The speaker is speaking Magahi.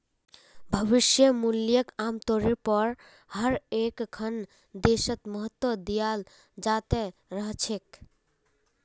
भविष्य मूल्यक आमतौरेर पर हर एकखन देशत महत्व दयाल जा त रह छेक